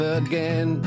again